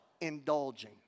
Indulging